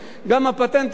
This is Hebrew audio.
גם הפטנט הזה,